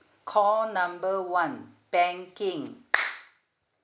call number one banking